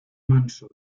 manso